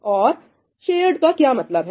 और शेयर्ड का क्या मतलब है